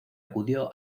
acudió